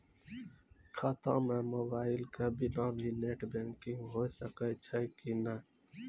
खाता म मोबाइल के बिना भी नेट बैंकिग होय सकैय छै कि नै?